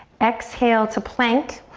exhale to plank.